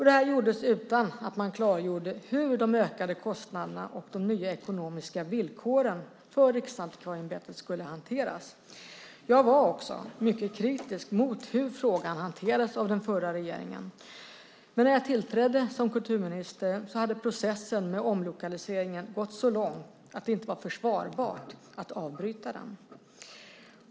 Detta gjordes utan att man klargjorde hur de ökade kostnaderna och de nya ekonomiska villkoren för Riksantikvarieämbetet skulle hanteras. Jag var också mycket kritisk mot hur frågan hanterades av den förra regeringen. Men när jag tillträdde som kulturminister hade processen med omlokaliseringen gått så långt att det inte var försvarbart att avbryta den.